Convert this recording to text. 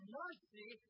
mercy